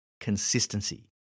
consistency